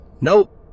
Nope